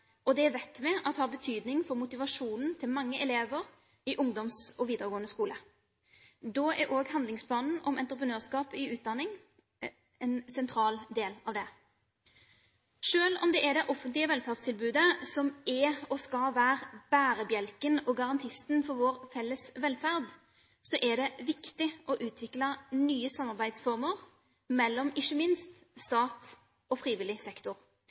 og det vet vi har betydning for motivasjonen til mange elever i ungdomsskolen og videregående skole. Da er også handlingsplanen om entreprenørskap i utdanningen en sentral del av det. Selv om det er det offentlige velferdstilbudet som er og skal være bærebjelken og garantisten for vår felles velferd, er det viktig å utvikle nye samarbeidsformer mellom ikke minst stat og frivillig sektor